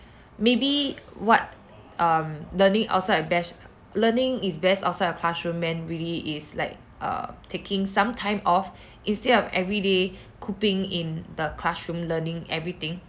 maybe what um learning outside best learning is best outside of classroom meant really is like err taking some time off instead of everyday cooping in the classroom learning everything